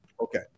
Okay